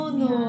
no